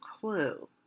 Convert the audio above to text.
clue